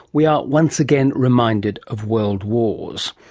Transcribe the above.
we are once again reminded of world wars.